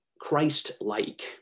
Christ-like